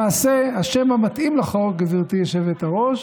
למעשה השם המתאים לחוק, גברתי יושבת-הראש,